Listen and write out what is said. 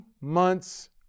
months